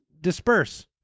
disperse